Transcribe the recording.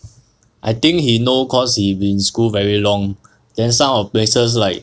I think he know cause he's been in school very long then some of the places like